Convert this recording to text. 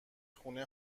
خونه